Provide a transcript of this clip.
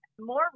more